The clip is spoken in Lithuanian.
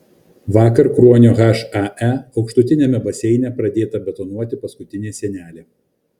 vakar kruonio hae aukštutiniame baseine pradėta betonuoti paskutinė sienelė